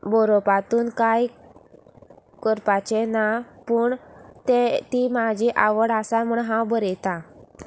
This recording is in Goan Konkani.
बरोवपातून कांय करपाचें ना पूण ते ती म्हाजी आवड आसा म्हण हांव बरयतां